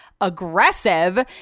aggressive